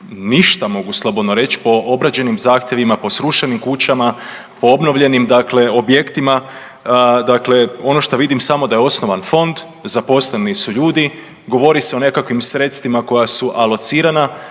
ništa mogu slobodno reći po obrađenim zahtjevima, po srušenim kućama, po obnovljenim dakle objektima. Dakle, ono što vidim samo da je osnovan fond, zaposleni su ljudi, govori se o nekakvim sredstvima koja su alocirana.